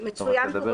מצוין פה במכתב,